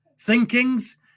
thinkings